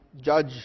judge